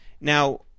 now